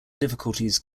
difficulties